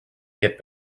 get